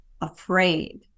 afraid